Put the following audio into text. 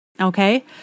Okay